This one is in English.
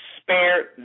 Spare